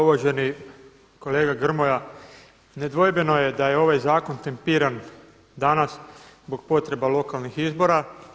Uvaženi kolega Grmoja, nedvojbeno je da je ovaj zakon tempiran danas zbog potreba lokalnih izbora.